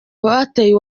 bateye